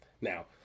now